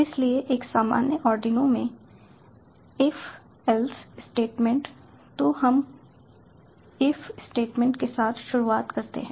इसलिए एक सामान्य आर्डिनो में इफ एल्स स्टेटमेंट तो हम इफ स्टेटमेंट के साथ शुरुआत करते हैं